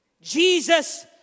Jesus